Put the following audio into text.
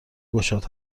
گشاد